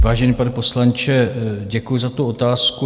Vážený pane poslanče, děkuji za tu otázku.